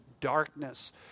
darkness